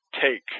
take